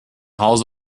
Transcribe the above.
hause